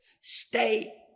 Stay